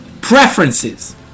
preferences